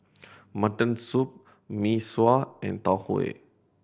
mutton soup Mee Sua and Tau Huay